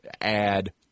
add